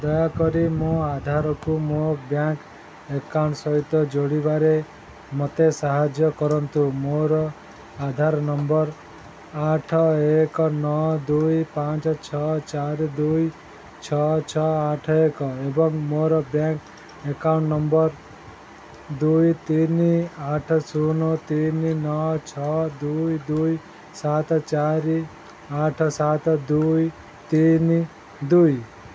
ଦୟାକରି ମୋ ଆଧାରକୁ ମୋ ବ୍ୟାଙ୍କ ଆକାଉଣ୍ଟ ସହିତ ଯୋଡ଼ିବାରେ ମୋତେ ସାହାଯ୍ୟ କରନ୍ତୁ ମୋର ଆଧାର ନମ୍ବର ଆଠ ଏକ ନଅ ଦୁଇ ପାଞ୍ଚ ଛଅ ଚାରି ଦୁଇ ଛଅ ଛଅ ଆଠ ଏକ ଏବଂ ମୋର ବ୍ୟାଙ୍କ ଆକାଉଣ୍ଟ ନମ୍ବର ଦୁଇ ତିନି ଆଠ ଶୂନ ତିନି ନଅ ଛଅ ଦୁଇ ଦୁଇ ସାତ ଚାରି ଆଠ ସାତ ଦୁଇ ତିନି ଦୁଇ